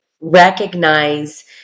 recognize